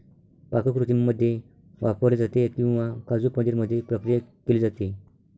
पाककृतींमध्ये वापरले जाते किंवा काजू पनीर मध्ये प्रक्रिया केली जाते